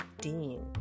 Dean